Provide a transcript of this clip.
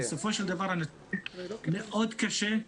בסופו של דבר זה מאוד קשה.